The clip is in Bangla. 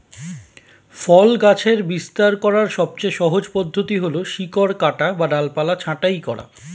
ফল গাছের বিস্তার করার সবচেয়ে সহজ পদ্ধতি হল শিকড় কাটা বা ডালপালা ছাঁটাই করা